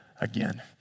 again